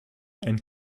and